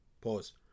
pause